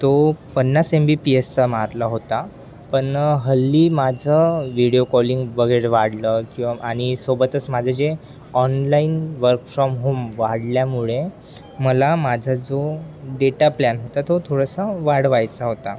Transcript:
तो पन्नास M B P एसचा मारला होता पण हल्ली माझं व्हिडिओ कॉलिंग वगैरे वाढलं किंवा आणि सोबतच माझं जे ऑनलाईन वर्क फ्रॉम होम वाढल्यामुळे मला माझा जो डेटा प्लॅन होता तो थोडासा वाढवायचा होता